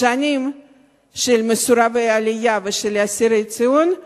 השנים שהם היו מסורבי עלייה ואסירי ציון,